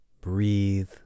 breathe